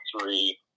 three